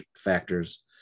factors